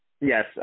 yes